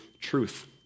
truth